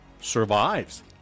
survives